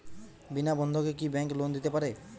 বিনা বন্ধকে কি bank loan দিতে পারে?